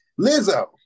Lizzo